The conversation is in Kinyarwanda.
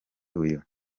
uyu